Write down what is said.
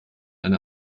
eine